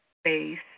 space